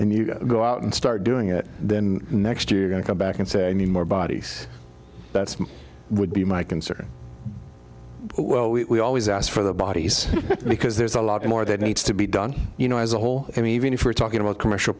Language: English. and you go out and start doing it then next year you're going to come back and say i need more bodies that would be my concern well we always ask for the bodies because there's a lot more that needs to be done you know as a whole i mean even if we're talking about commercial